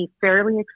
fairly